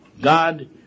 God